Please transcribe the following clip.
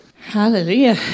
hallelujah